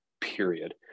period